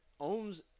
ohms